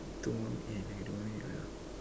two more eh lagi dua lagi lah